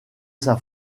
saint